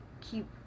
keep